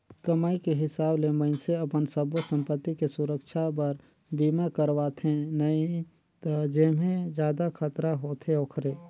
कमाई के हिसाब ले मइनसे अपन सब्बो संपति के सुरक्छा बर बीमा करवाथें नई त जेम्हे जादा खतरा होथे ओखरे